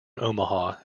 omaha